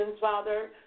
Father